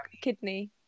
kidney